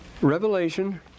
Revelation